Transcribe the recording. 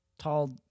Tall